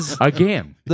again